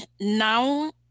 now